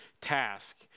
task